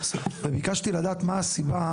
וביקשתי לדעת מה הסיבה